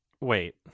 wait